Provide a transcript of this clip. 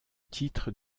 titre